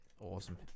Awesome